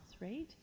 right